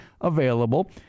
available